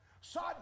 son